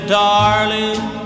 darling